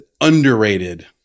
underrated